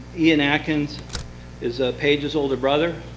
ian atkins is paige's older brother.